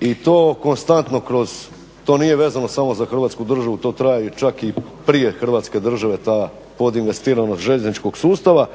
i to konstantno kroz, to nije vezano samo za Hrvatsku državu. To traje čak i prije Hrvatske države ta podinvestiranost željezničkog sustava.